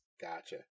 Gotcha